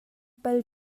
pal